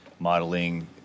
Modeling